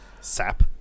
SAP